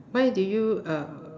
why do you uh